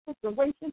situation